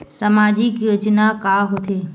सामाजिक योजना का होथे?